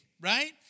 right